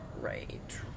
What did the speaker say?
Right